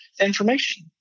information